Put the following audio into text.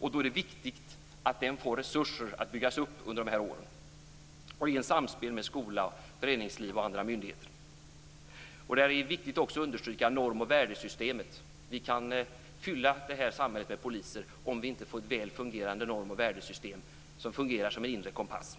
Det är då viktigt att den under dessa år får resurser att byggas upp i samspel med skola, föreningsliv och andra myndigheter. Här vill jag också understryka vikten av norm och värdesystemet. Vi kan fylla samhället med poliser om vi inte får ett väl fungerande norm och värdesystem som inre kompass.